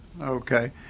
Okay